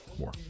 more